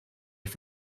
for